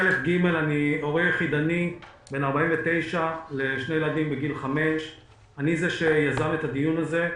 אני הורה יחידני בן 49 לשני ילדים בגיל 5. אני זה שיזם את הדיון הזה,